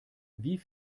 wie